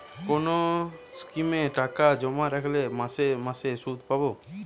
কোন স্কিমে টাকা জমা রাখলে মাসে মাসে সুদ পাব?